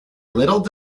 little